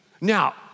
Now